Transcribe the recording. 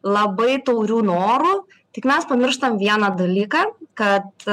labai taurių norų tik mes pamirštam vieną dalyką kad